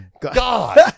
god